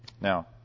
Now